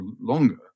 longer